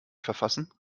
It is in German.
verfassen